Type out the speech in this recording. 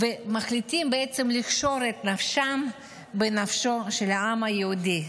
מחליטים בעצם לקשור את נפשם בנפשו של העם היהודי.